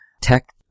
tech